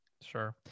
Sure